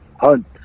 hunt